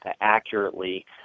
accurately